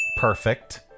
perfect